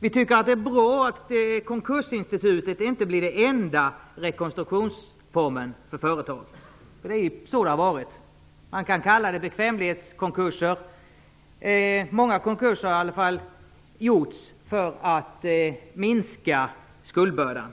Vi tycker att det är bra att konkursinstitutet inte blir den enda rekonstruktionsformen för företag. Det är ju så det har varit. Man kan kalla det bekvämlighetskonkurser, men många konkurser har i alla fall gjorts för att minska skuldbördan.